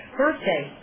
birthday